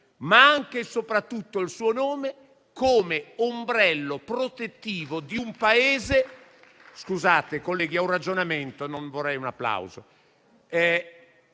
ma anche e soprattutto il suo nome, come ombrello protettivo di un Paese...